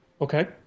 Okay